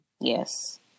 Yes